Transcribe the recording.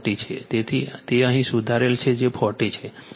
તેથી તે અહીં સુધારેલ છે તે 40 છે